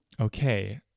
okay